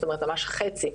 זאת אומרת ממש חצי.